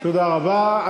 תודה רבה.